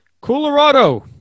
Colorado